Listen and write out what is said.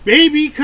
Baby